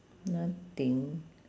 nothing